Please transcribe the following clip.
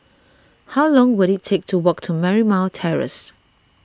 how long will it take to walk to Marymount Terrace